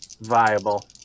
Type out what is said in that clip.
Viable